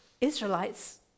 Israelites